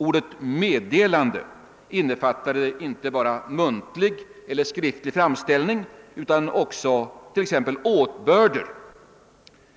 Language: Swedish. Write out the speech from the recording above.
Ordet meddelande innefattar inte bara en muntlig eller skriftlig framställning utan också t.ex. åtbörder